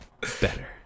Better